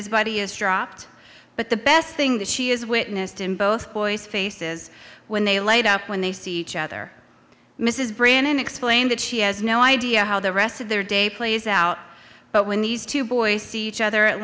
his body is dropped but the best thing that she is witnessed in both boys faces when they light up when they see each other mrs brannan explained that she has no idea how the rest of their day plays out but when these two boys see each other at